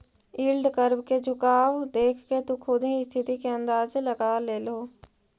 yield curve के झुकाव देखके तु खुद ही स्थिति के अंदाज लगा लेओ